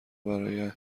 برای